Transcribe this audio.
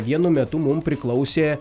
vienu metu mum priklausė